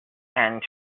and